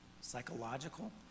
psychological